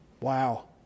Wow